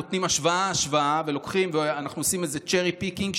נותנים השוואה-השוואה ואנחנו עושים איזה cherry picking,